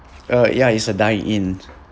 uh ya it's a dine in